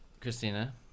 christina